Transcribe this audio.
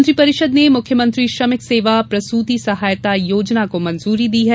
मंत्रिपरिषद ने मुख्यमंत्री श्रमिक सेवा प्रसूति सहायता योजना को मंजूरी दी है